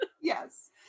yes